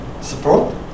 Support